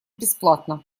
бесплатно